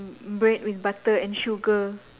b~ bread with butter and sugar